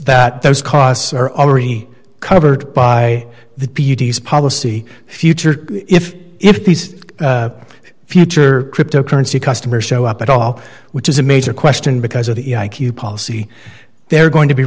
that those costs are already covered by the beauties policy future if if these future cryptocurrency customers show up at all which is a major question because of the q policy they're going to be